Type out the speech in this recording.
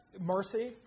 Mercy